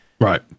Right